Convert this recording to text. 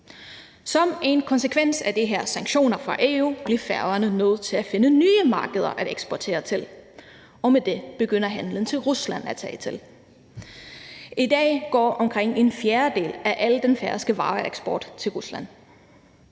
Som en konsekvens af de her sanktioner fra EU blev Færøerne nødt til at finde nye markeder at eksportere til, og med det begynder handelen med Rusland at tage til. I dag går omkring en fjerdedel af al den færøske vareeksport til Rusland.